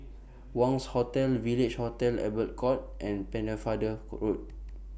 Wangz Hotel Village Hotel Albert Court and Pennefather A Road